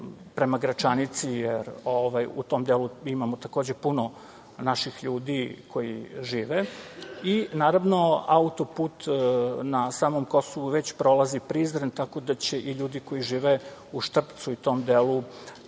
prema Gračanici, jer u tom delu imamo puno naših ljudi koji tamo žive. Naravno, auto-put na samom Kosovu već prolazi Prizren, tako da će i ljudi koji žive u Štrpcu i tom delu